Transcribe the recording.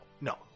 No